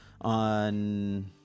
on